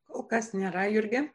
kol kas nėra jurgi